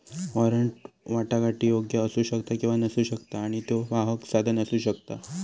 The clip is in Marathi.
वॉरंट वाटाघाटीयोग्य असू शकता किंवा नसू शकता आणि त्यो वाहक साधन असू शकता